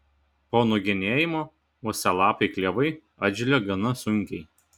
po nugenėjimo uosialapiai klevai atželia gana sunkiai